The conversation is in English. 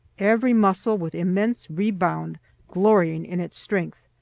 every muscle with immense rebound glorying in its strength.